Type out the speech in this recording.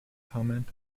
comment